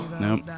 Nope